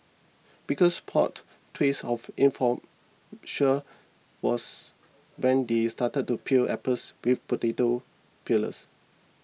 biggest plot twist of was when they started to peel apples with potato peelers